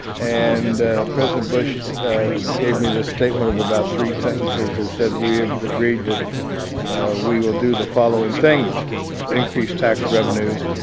and ah president bush ah gave me this statement of about three sentences that said we have agreed that we will do the following things increase tax revenues,